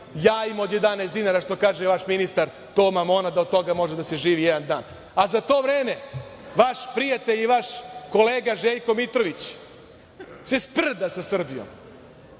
jajima od 11 dinara, što kaže vaš ministar Toma Mona da od toga može da se živi jedan dan.Za to vreme, vaš prijatelj i vaš kolega Željko Mitrović se sprda sa Srbijom,